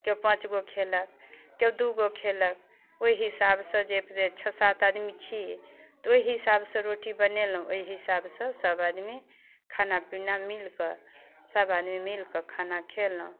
केओ पाँचगो खेलक केओ दुइगो खेलक ओहि हिसाबसँ जे जे छओ सात आदमी छी तऽ ओहि हिसाबसँ रोटी बनेलहुँ ओहि हिसाबसँ सब आदमी खाना पीना मिलिकऽ सब आदमी मिलिकऽ खाना खेलहुँ